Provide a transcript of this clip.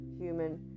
human